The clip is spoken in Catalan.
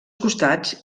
costats